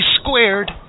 Squared